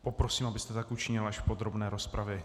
Poprosím, abyste tak učinil až v podrobné rozpravě.